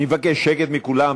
אני מבקש שקט מכולם.